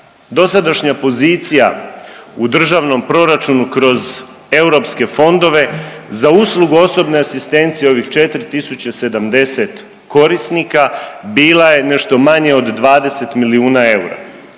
dosadašnja pozicija u državnom proračunu kroz europske fondove za uslugu osobne asistencije ovih 4.070 korisnika bila je nešto manje od 20 milijuna eura.